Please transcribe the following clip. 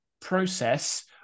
process